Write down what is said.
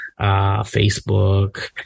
Facebook